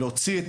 להוציא את